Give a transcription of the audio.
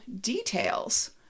details